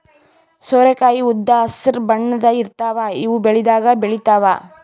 ಸೋರೆಕಾಯಿ ಉದ್ದ್ ಹಸ್ರ್ ಬಣ್ಣದ್ ಇರ್ತಾವ ಇವ್ ಬೆಳಿದಾಗ್ ಬೆಳಿತಾವ್